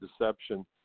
Deception